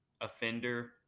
offender